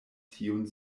tiun